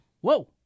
Whoa